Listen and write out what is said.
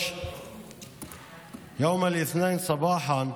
שיושב כאן,